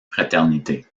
fraternité